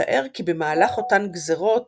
מתאר כי במהלך אותן גזרות